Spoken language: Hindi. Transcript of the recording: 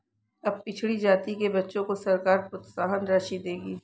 अब पिछड़ी जाति के बच्चों को सरकार प्रोत्साहन राशि देगी